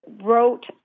wrote